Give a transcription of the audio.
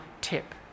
tip